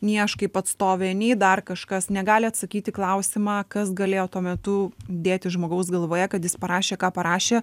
nei aš kaip atstovė nei dar kažkas negali atsakyt į klausimą kas galėjo tuo metu dėtis žmogaus galvoje kad jis parašė ką parašė